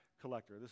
collector